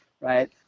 right